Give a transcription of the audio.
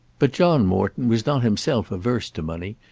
but john morton was not himself averse to money,